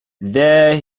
there